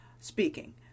speaking